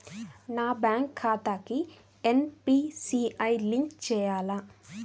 నా బ్యాంక్ ఖాతాకి NPCI link చేయాలా?